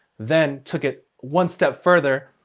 then took it one step further.